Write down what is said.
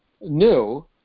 new